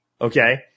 Okay